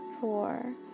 four